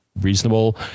reasonable